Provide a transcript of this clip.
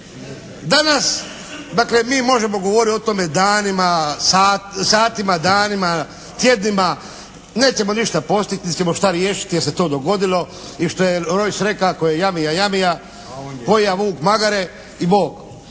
Danas dakle mi možemo govoriti o tome danima, satima, danima, tjednima, nećemo ništa postići niti ćemo šta riješiti jer se to dogodilo i što je Rojs rekao tko je jamija, jamija, pojeo vuk magare i bok.